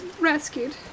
rescued